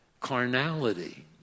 carnality